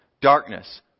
Darkness